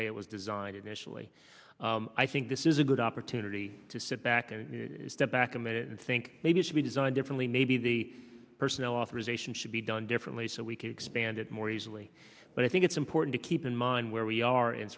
way it was designed initially i think this is a good opportunity to sit back and step back a minute and think maybe it should be designed differently maybe the personnel authorization should be done differently so we could expand it more easily but i think it's important to keep in mind where we are in